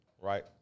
right